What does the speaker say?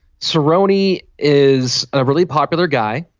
surowiecki is a really popular guy.